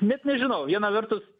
net nežinau viena vertus